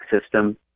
system